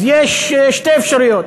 אז יש שתי אפשרויות: